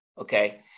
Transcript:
Okay